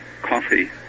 coffee